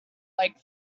like